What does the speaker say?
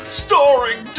starring